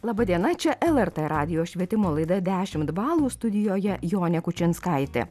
laba diena čia lrt radijo švietimo laida dešimt balų studijoje jonė kučinskaitė